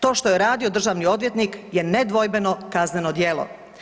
To što je radio državni odvjetnik je nedvojbeno kazneno djelo.